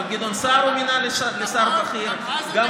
גם את גדעון סער הוא מינה לשר בכיר, נכון.